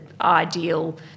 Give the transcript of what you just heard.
ideal